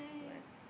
but